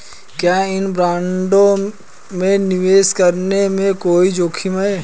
क्या इन बॉन्डों में निवेश करने में कोई जोखिम है?